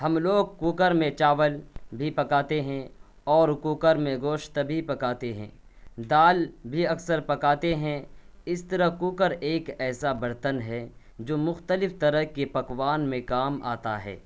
ہم لوگ کوکر میں چاول بھی پکاتے ہیں اور کوکر میں گوشت بھی پکاتے ہیں دال بھی اکثر پکاتے ہیں اس طرح کوکر ایک ایسا برتن ہے جو مختلف طرح کے پکوان میں کام آتا ہے